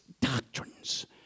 doctrines